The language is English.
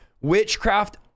witchcraft